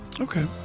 Okay